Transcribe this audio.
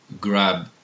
grab